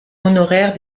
honoraire